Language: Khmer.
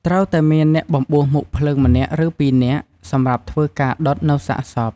ត្រូវតែមានអ្នកបំបួសមុខភ្លើងម្នាក់ឬពីរនាក់ សម្រាប់ធ្វើការដុតនៅសាកសព។